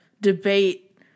debate